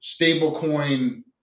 stablecoin